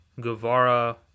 Guevara